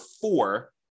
four